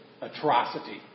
atrocity